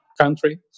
country